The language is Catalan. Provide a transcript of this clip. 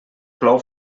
plou